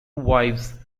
wives